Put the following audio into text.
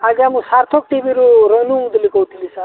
ଆଜ୍ଞା ମୁଁ ସାର୍ଥକ ଟିଭିରୁ ରୁନୁ ମୁଦୁଲି କହୁଥିଲି ସାର୍